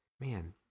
man